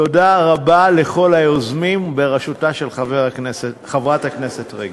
תודה רבה לכל היוזמים בראשותה של חברת הכנסת רגב.